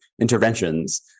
interventions